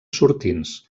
sortints